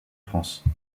france